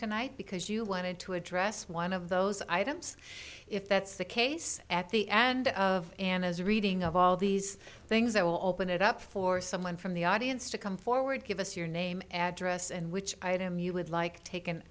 tonight because you wanted to address one of those items if that's the case at the end of anna's reading of all these things that will open it up for someone from the audience to come forward give us your name address and which item you would like taken